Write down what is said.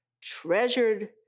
treasured